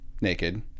naked